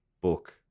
book